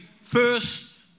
first